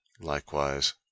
likewise